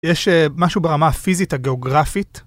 יש משהו ברמה הפיזית הגיאוגרפית.